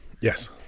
yes